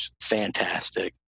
fantastic